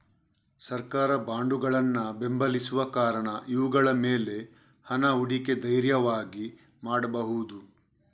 ಸರ್ಕಾರ ಬಾಂಡುಗಳನ್ನ ಬೆಂಬಲಿಸುವ ಕಾರಣ ಇವುಗಳ ಮೇಲೆ ಹಣ ಹೂಡಿಕೆ ಧೈರ್ಯವಾಗಿ ಮಾಡ್ಬಹುದು